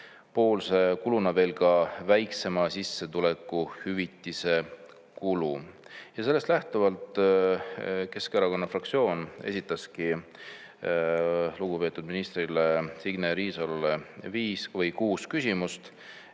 kuluna ka väiksema sissetuleku hüvitise kulu. Sellest lähtuvalt Keskerakonna fraktsioon esitaski lugupeetud ministrile Signe Riisalole kuus küsimust,